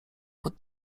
pod